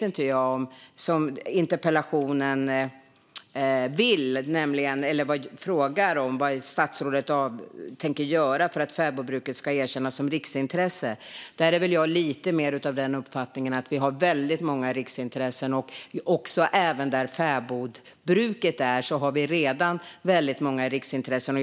I interpellationen ställs frågan vad jag tänker göra för att fäbodbruket ska erkännas som riksintresse. Jag är av uppfattningen att vi redan har väldigt många riksintressen, även där fäbodbruket bedrivs.